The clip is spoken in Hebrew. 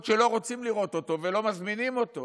שלא רוצים לראות אותו ולא מזמינים אותו,